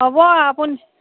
হ'ব আপুনি